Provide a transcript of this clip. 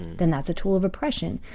then that's a tool of oppression.